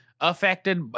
affected